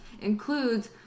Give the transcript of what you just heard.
includes